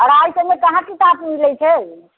अढ़ाइ सए मे कहाँ किताब मिलैत छै